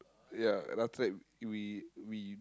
yeah and after that we we